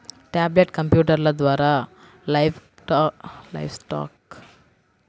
tablet కంప్యూటర్ల ద్వారా livestock census పశువుల డేటాను సేకరించారు